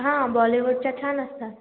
हा बॉलिवूडच्या छान असतात